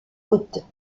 haute